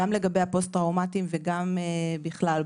גם לגבי הפוסט טראומטיים וגם בכלל,